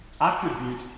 attribute